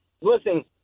listen